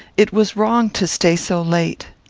it was wrong to stay so late.